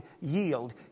yield